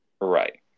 Right